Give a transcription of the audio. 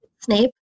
Snape